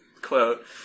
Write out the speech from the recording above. quote